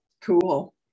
Cool